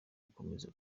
gukomeza